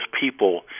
people